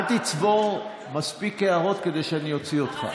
אל תצבור מספיק הערות כדי שאני אוציא אותך.